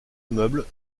immeubles